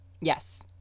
Yes